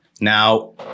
Now